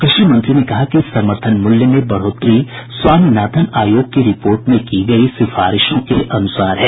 कृषि मंत्री ने कहा कि समर्थन मूल्य में बढोतरी स्वामीनाथन आयोग की रिपोर्ट में की गई सिफारिशों के अनुसार है